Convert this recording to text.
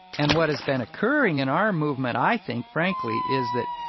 and what has been occurring in our movement, i think, frankly, is that